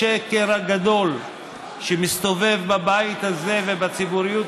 השקר הגדול שמסתובב בבית הזה ובציבוריות